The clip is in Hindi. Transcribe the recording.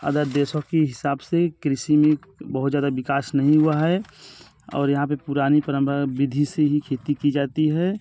अदर देशों के हिसाब से कृषि में बहुत ज़्यादा विकास नहीं हुआ है और यहाँ पर पुरानी परंपरा विधी से ही खेती की जाती है